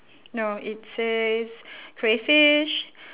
no it says crayfish